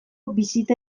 bisita